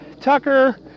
Tucker